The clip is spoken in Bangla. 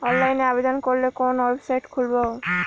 অনলাইনে আবেদন করলে কোন ওয়েবসাইট খুলব?